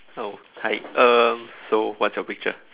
hello hi um so what's your picture